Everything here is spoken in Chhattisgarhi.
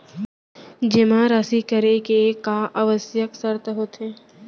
जेमा राशि करे के का आवश्यक शर्त होथे?